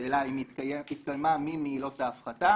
בשאלה האם התקיימה מי מעילות ההפחתה.